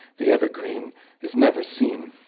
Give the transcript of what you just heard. the evergreen is never seen.